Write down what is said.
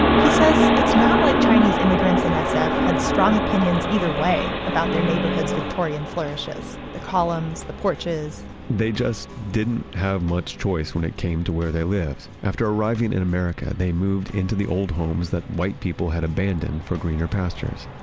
he says it's not like chinese immigrants in ah sf had strong opinions either way about their neighborhood's victorian flourishes the columns, the porches they just didn't have much choice when it came to where they lived. after arriving in america, they moved into the old homes that white people had abandoned for greener pastures.